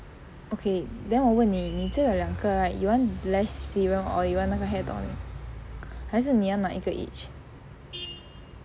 okay then 我问你你只有两个 right you want blessed serum or you want 那个 hair tonic 还是你要拿一个 age